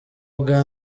ubwa